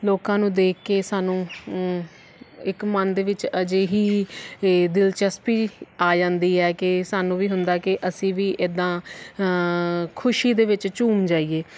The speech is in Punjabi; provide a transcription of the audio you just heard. ਲੋਕਾਂ ਨੂੰ ਦੇਖ ਕੇ ਸਾਨੂੰ ਇੱਕ ਮਨ ਦੇ ਵਿੱਚ ਅਜਿਹੀ ਦਿਲਚਸਪੀ ਆ ਜਾਂਦੀ ਹੈ ਕਿ ਸਾਨੂੰ ਵੀ ਹੁੰਦਾ ਕਿ ਅਸੀਂ ਵੀ ਇੱਦਾਂ ਖੁਸ਼ੀ ਦੇ ਵਿੱਚ ਝੂੰਮ ਜਾਈਏ